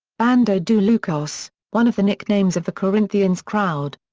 bando do loucos, one of the nicknames of the corinthians crowd.